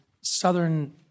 southern